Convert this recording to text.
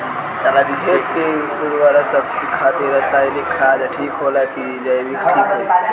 खेत के उरवरा शक्ति खातिर रसायानिक खाद ठीक होला कि जैविक़ ठीक होई?